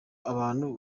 abantu